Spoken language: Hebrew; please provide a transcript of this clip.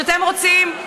כשאתם רוצים,